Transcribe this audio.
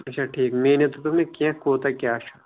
اچھا ٹھیٖک میٖنتھ دِتُکھ نہٕ کینہہ کوٗتاہ کیاہ چُھ